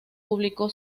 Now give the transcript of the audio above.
publicó